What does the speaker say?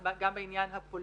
זה בא גם בעניין הפוליטי